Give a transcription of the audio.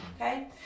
okay